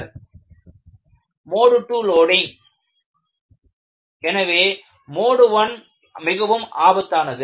Mode II loading mode II loading எனவே mode I மிகவும் ஆபத்தானது